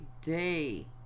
day